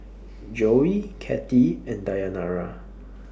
Joey Kathie and Dayanara